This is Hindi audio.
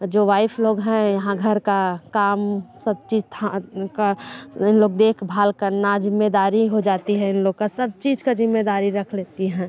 जो वाइफ लोग हैं यहाँ घर का काम सब चीज का इन लोग देखभाल करना जिम्मेदारी हो जाती है इन लोग का सब चीज का जिम्मेदारी रख लेती हैं